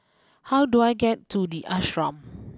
how do I get to the Ashram